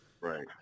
Right